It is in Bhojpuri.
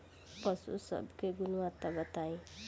पशु सब के गुणवत्ता बताई?